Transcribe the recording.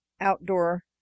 outdoor